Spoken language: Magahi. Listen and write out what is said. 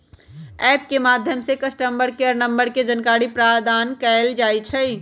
ऐप के माध्यम से कस्टमर केयर नंबर के जानकारी प्रदान कएल जाइ छइ